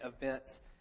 events